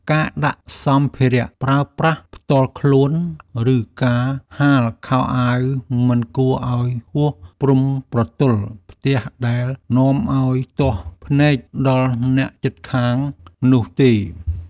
ការដាក់សម្ភារៈប្រើប្រាស់ផ្ទាល់ខ្លួនឬការហាលខោអាវមិនគួរឱ្យហួសព្រំប្រទល់ផ្ទះដែលនាំឱ្យទាស់ភ្នែកដល់អ្នកជិតខាងនោះទេ។